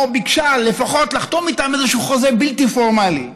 או ביקשה לפחות לחתום איתם על איזה חוזה בלתי פורמלי: